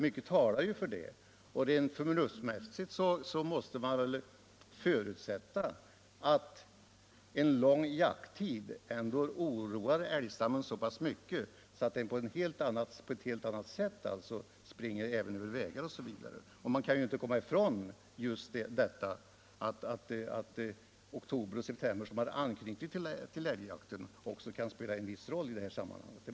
Mycket talar för det och rent förnuftsmässigt måste man förutsätta att en lång jakttid oroar älgstammen så pass mycket att den på ett helt annat sätt än normalt springer även över vägar osv. Man kan inte komma ifrån att detta kan spela en viss roll i det här sammanhanget.